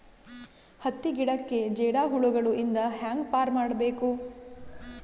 ಹತ್ತಿ ಗಿಡಕ್ಕೆ ಜೇಡ ಹುಳಗಳು ಇಂದ ಹ್ಯಾಂಗ್ ಪಾರ್ ಮಾಡಬೇಕು?